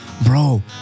Bro